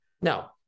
Now